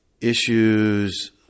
issues